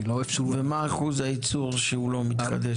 לא אפשרו --- ומהו אחוז הייצור שהוא לא מתחדשת?